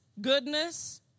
Goodness